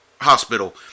hospital